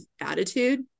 attitude